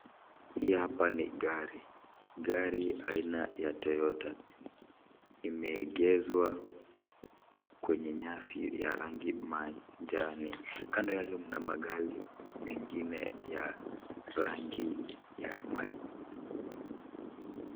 Hii hapa ni gari. Gari aina ya Toyota. Imeegezwa kwenye nyasi ya rangi ya manjano na magari mengine ya rangi ya... .